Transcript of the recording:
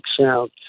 sound